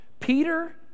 Peter